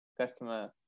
customer